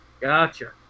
Gotcha